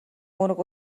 үүрэг